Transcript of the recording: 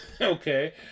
Okay